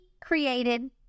created